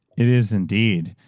it is, indeed.